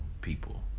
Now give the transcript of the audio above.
people